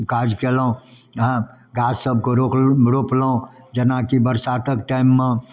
काज कएलहुँ हँ गाछसबके रोकलहुँ रोपलहुँ जेनाकि बरसातके टाइममे